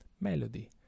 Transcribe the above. melody